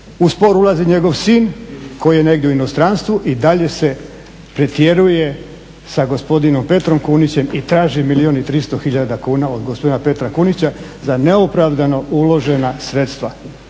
u spor ulazi njegov sin koji je negdje u inozemstvo. I dalje se pretjeruje sa gospodinom Petrom Kunićem i traži milijun i tristo tisuća kuna od gospodina Petra Kunića za neopravdano uložena sredstva.